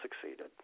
succeeded